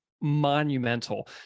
monumental